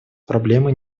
проблемой